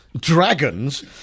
dragons